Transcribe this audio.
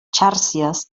xàrcies